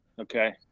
Okay